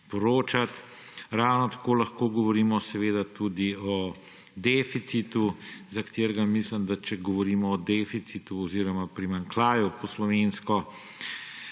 poročati. Ravno tako lahko govorimo seveda tudi o deficitu, za katerega mislim, če govorimo o deficitu oziroma primanjkljaju po slovensko,